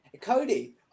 cody